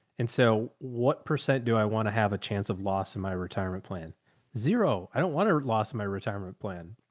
and so what percent do i want to have a chance of loss in my retirement plan zero, i don't want to lost my retirement plan.